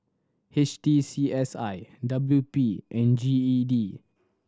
H T C S I W P and G E D